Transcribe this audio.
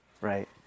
Right